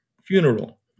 funeral